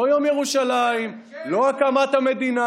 לא יום ירושלים, לא הקמת המדינה,